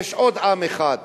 יש עוד עם אחד,